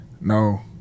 No